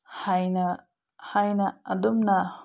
ꯍꯥꯏꯅ ꯍꯥꯏꯅ ꯑꯗꯨꯝꯅ